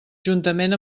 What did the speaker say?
juntament